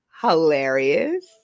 hilarious